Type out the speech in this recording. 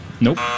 Nope